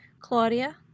Claudia